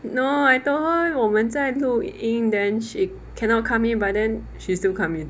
no I told her 我们在录音 then she cannot come in but then she still come in